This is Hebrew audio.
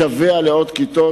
משווע לעוד כיתות,